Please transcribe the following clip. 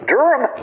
Durham